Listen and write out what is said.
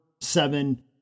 seven